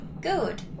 Good